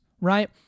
right